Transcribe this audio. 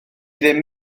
ddim